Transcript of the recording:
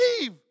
leave